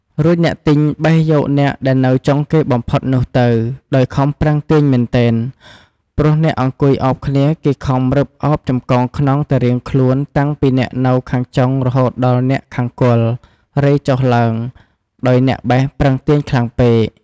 រួចអ្នកទិញបេះយកអ្នក ដែលនៅចុងគេបំផុតនោះទៅ ដោយខំប្រឹងទាញមែនទែន ព្រោះអ្នកអង្គុយឱបគ្នាគេខំរឹបឱបចំកោងខ្នងតែរៀង ខ្លួនតាំងពីអ្នកខាងចុងរហូតដល់អ្នកខាងគល់ រេចុះឡើង ដោយអ្នកបេះប្រឹងទាញខ្លាំងពេក ។